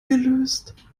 gelöst